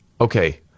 Okay